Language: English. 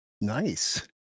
Nice